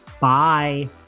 Bye